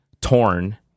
torn